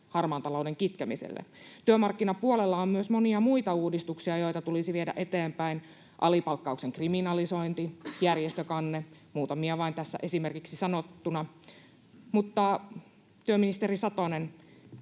harmaan talouden kitkemiselle? Työmarkkinapuolella on myös monia muita uudistuksia, joita tulisi viedä eteenpäin: alipalkkauksen kriminalisointi, järjestökanne, muutamia vain tässä esimerkiksi sanottuna. Mutta, työministeri Satonen,